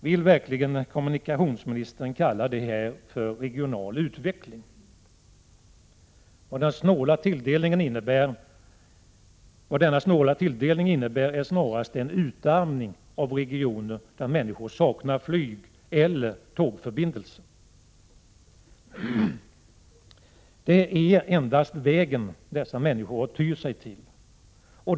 Vill verkligen kommunikationsministern kalla det för regional utveckling? Denna snåla tilldelning innebär snarast en utarmning av regioner där människor saknar flygeller tågförbindelser. Det är endast vägen som dessa människor har att ty sig till.